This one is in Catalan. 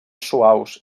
suaus